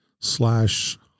slash